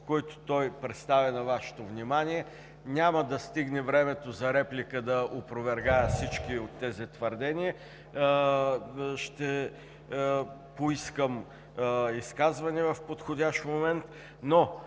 които представи на Вашето внимание. Няма да стигне времето за реплика, за да опровергая всички тези твърдения. Ще поискам изказване в подходящ момент, но